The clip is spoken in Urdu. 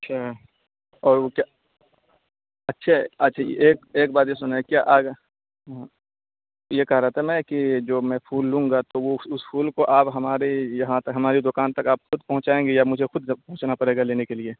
اچھا اور وہ کیا اچھا اچھا ایک ایک بات یہ سنیں کیا ہاں یہ کہہ رہا تھا میں کہ جو میں پھول لوں گا تو وہ اس اس پھول کو آپ ہمارے یہاں تک ہماری دکان تک آپ خود پہنچائیں گے یا مجھے خود پہنچنا پڑے گا لینے کے لیے